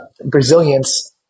resilience